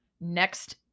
Next